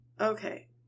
Okay